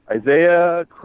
Isaiah